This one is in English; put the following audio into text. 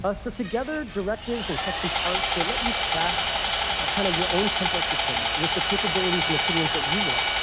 ah so together, directives and custom parts, they let you craft ah kind of your own template system with the capabilities and opinions that you want.